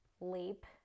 leap